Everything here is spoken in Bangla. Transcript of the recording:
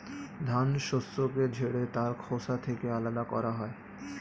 ধান শস্যকে ঝেড়ে তার খোসা থেকে আলাদা করা হয়